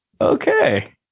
Okay